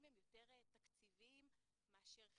הם יותר תקציביים מאשר חינוכיים.